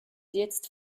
jetzt